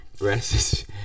rest